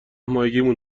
ماهگیمون